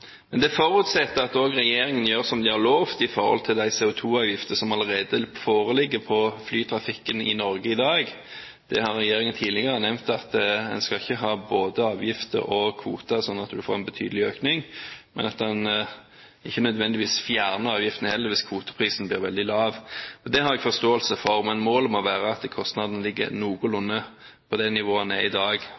Det forutsetter at også regjeringen gjør som de har lovt med hensyn til de CO2-avgifter som allerede er på flytrafikken i Norge i dag. Regjeringen har tidligere nevnt at en ikke skal ha både avgifter og kvoter, slik at en får en betydelig økning, men at en ikke nødvendigvis fjerner avgiftene heller, hvis kvoteprisen blir veldig lav. Det har jeg forståelse for. Men målet må være at kostnaden ligger noenlunde på det nivået det er i dag,